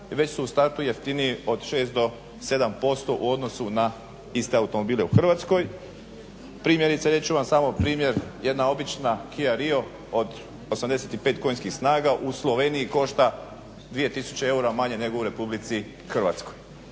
već su u startu jeftiniji od 6-7% u odnosu na iste automobile u Hrvatskoj, primjerice reći ću vam samo primjer jedna obična Kia Rio od 85 konjskih snaga u Sloveniji košta 2 tisuće eura manje nego u RH. Mi ne plaćamo